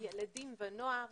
ילדים ונוער,